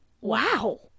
wow